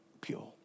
pure